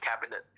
Cabinet